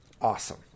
awesome